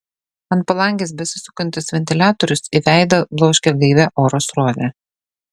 ant palangės besisukantis ventiliatorius į veidą bloškė gaivią oro srovę